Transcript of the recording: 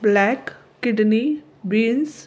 black kidney beans